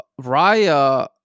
raya